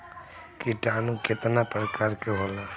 किटानु केतना प्रकार के होला?